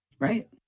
Right